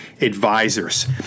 advisors